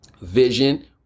vision